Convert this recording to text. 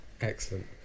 Excellent